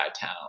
town